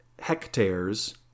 hectares